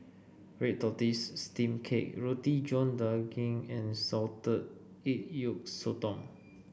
Red Tortoise Steamed Cake Roti John Daging and Salted Egg Yolk Sotong